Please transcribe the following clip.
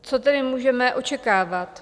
Co tedy můžeme očekávat?